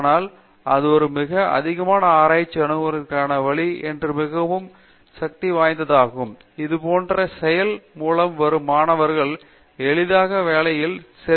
ஆனால் இது ஒரு மிக அதிகமான ஆராய்ச்சியை அணுகுவதற்கான வழி மற்றும் மிகவும் முக்கியத்துவம் வாய்ந்ததாகும் இது போன்ற செயல்முறை மூலம் வரும் மாணவர்கள் எளிதாக வேலைகளில் உறிஞ்சப்படுகிறார்கள்